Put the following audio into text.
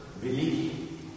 believe